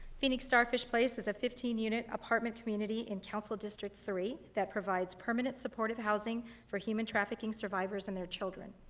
phoenix starfish place is a fifteen unit apartment community in council district three that provides permanent supportive housing for human trafficking survivors and their children.